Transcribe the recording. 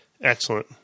Excellent